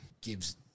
gives –